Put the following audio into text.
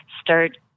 start